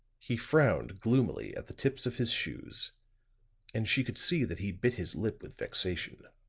he frowned gloomily at the tips of his shoes and she could see that he bit his lip with vexation.